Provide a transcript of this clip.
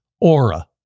Aura